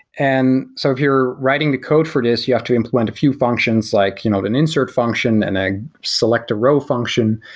and so if you're writing the code for this, you have to implement a few functions, like you know an insert function and a select a row function.